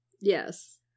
Yes